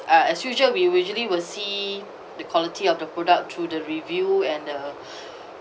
uh as usual we usually will see the quality of the product through the review and the